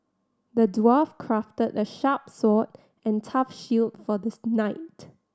the dwarf crafted a sharp sword and tough shield for the knight